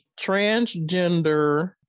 transgender